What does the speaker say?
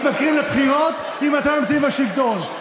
מתמכרים לבחירות אם אתם לא נמצאים בשלטון.